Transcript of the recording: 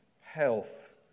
health